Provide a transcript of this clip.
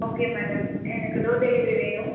okay madam எனக்கு door delivery வேணும்